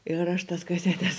ir aš tas kasetes